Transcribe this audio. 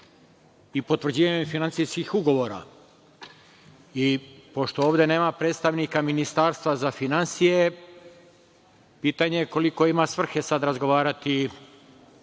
i potvrđivanju finansija svih ugovora. Pošto ovde nema predstavnika Ministarstva finansija, pitanje je koliko ima svrhe sada razgovarati